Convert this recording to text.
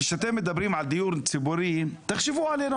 כשאתם מדברים על דיור ציבורי תחשבו עלינו,